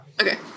okay